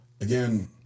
Again